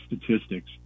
statistics